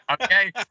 Okay